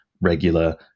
regular